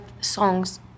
songs